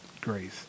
grace